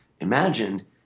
imagined